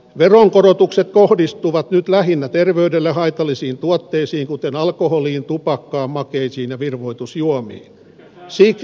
veronkorotukset kohdistuvat nyt lähinnä terveydelle haitallisiin tuotteisiin kuten alkoholiin tupakkaan makeisiin ja virvoitusjuomiin